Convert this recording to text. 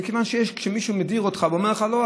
כיוון שכשמישהו מדיר אותך ואומר לך לא,